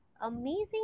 Amazing